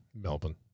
Melbourne